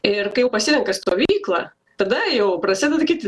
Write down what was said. ir kai jau pasirenka stovyklą tada jau prasideda kiti